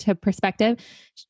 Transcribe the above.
perspective